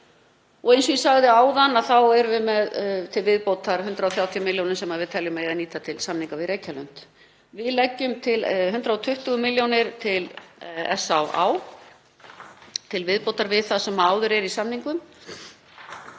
Eins og ég sagði áðan erum við með til viðbótar 130 millj. kr. sem við teljum að eigi að nýta til samninga við Reykjalund. Við leggjum einnig til 120 milljónir til SÁÁ til viðbótar við það sem áður er í samningum.